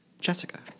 jessica